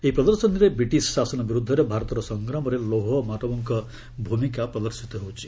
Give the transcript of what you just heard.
ଏହି ପ୍ରଦର୍ଶନୀରେ ବ୍ରିଟିଶ୍ ଶାସନ ବିରୁଦ୍ଧରେ ଭାରତର ସଂଗ୍ରାମରେ ଲୌହମାନବଙ୍କ ଭୂମିକା ପ୍ରଦର୍ଶିତ ହେଉଛି